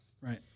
Right